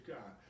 God